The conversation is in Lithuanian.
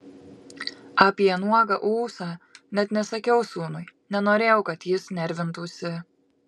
apie nuogą ūsą net nesakiau sūnui nenorėjau kad jis nervintųsi